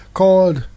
called